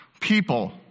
people